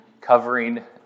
covering